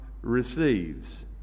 receives